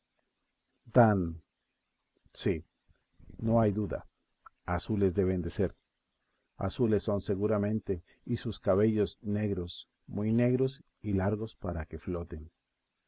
tan sí no hay duda azules deben de ser azules son seguramente y sus cabellos negros muy negros y largos para que floten